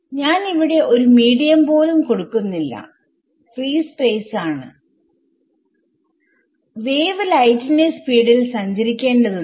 ഞാൻ ഇവിടെ ഒരു മീഡിയം പോലും കൊടുക്കുന്നില്ല ഫ്രീ സ്പേസ് ആണ് വേവ് ലൈറ്റിന്റെ സ്പീഡിൽ സഞ്ചരിക്കേണ്ടതാണ്